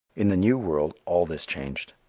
in the new world all this changed.